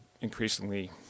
increasingly